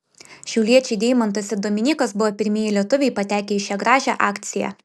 šiauliečiai deimantas ir dominykas buvo pirmieji lietuviai patekę į šią gražią akciją